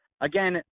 Again